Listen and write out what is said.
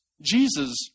Jesus